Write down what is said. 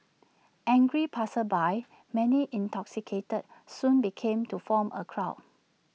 angry passersby many intoxicated soon began to form A crowd